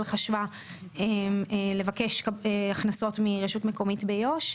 חשבה לבקש הכנסות מרשות מקומית ביו"ש.